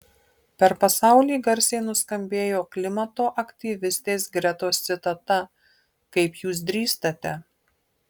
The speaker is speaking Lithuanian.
per pasaulį garsiai nuskambėjo klimato aktyvistės gretos citata kaip jūs drįstate